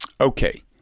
Okay